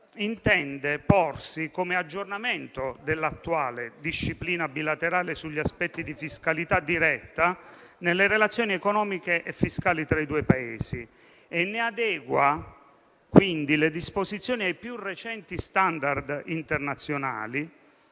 intende porsi come aggiornamento dell'attuale disciplina bilaterale sugli aspetti di fiscalità diretta nelle relazioni economiche e fiscali tra i due Paesi e ne adegua, quindi, le disposizioni ai più recenti *standard* internazionali,